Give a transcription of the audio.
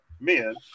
men